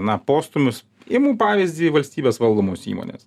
na postūmius imu pavyzdį valstybės valdomos įmonės